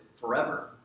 forever